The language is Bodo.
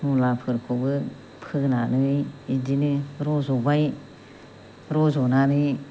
मुलाफोरखौबो फोनानै बिदिनो रज'बाय रजनानै